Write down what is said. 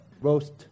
Roast